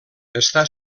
està